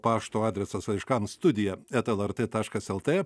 pašto adresas laiškams studija eta lrt taškas lt